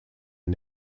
are